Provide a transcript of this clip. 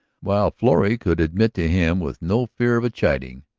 while florrie could admit to him, with no fear of a chiding,